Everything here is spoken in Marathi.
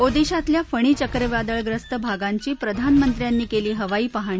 ओदिशातल्या फणी चक्रीवादळग्रस्त भागांची प्रधानमंत्र्यांनी केली हवाई पाहणी